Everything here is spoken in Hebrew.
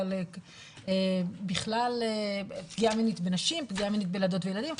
פגיעה מינית בילדות ובילדים.